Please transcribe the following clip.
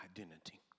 identity